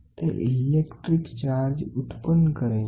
તે electric charge ઉત્પન્ન કરે છે